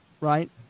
right